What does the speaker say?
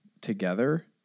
together